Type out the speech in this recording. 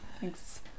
Thanks